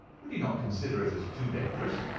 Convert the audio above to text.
would he not consider it as too dangerous?